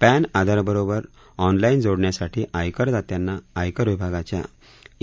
pan Aadhaar बरोबर online जोडण्यासाठी आयकर दात्यांना आयकर विभागाच्या